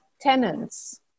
tenants